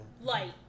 Light